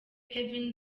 kevin